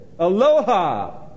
Aloha